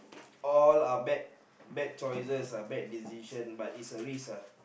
all are bad choices bad decisions but is a risk lah